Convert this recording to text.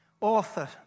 author